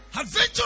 Adventure